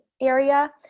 area